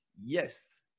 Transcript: yes